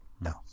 No